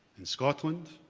in scotland,